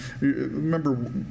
remember